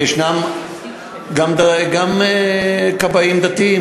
עש גם כבאים דתיים,